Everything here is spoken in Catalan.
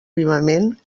vivament